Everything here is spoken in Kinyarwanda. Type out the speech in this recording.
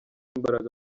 imbaraga